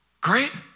great